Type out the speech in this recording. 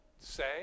say